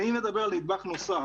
אני מדבר על נדבך נוסף.